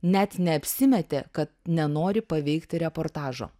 net neapsimetė kad nenori paveikti reportažo